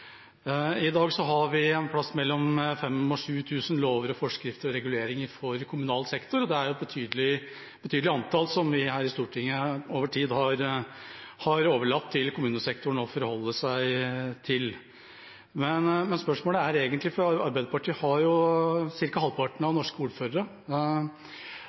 I dag har vi en plass mellom 5 000 og 7 000 lover, forskrifter og reguleringer for kommunal sektor, og det er et betydelig antall som vi her i Stortinget over tid har overlatt til kommunesektoren å forholde seg til. Arbeiderpartiet har ca. halvparten av norske ordførere, så spørsmålet er egentlig: Er det alle ordførere en har